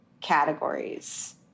categories